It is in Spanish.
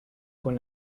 con